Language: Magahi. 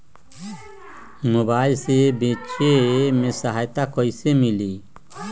मोबाईल से बेचे में सहायता कईसे मिली?